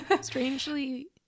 Strangely